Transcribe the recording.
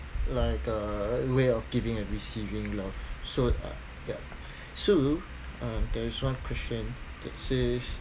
like a way of giving and receiving love so yup so uh there's one question that says